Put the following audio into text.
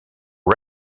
aux